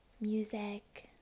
music